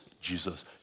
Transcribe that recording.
Jesus